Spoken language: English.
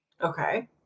Okay